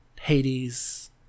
Hades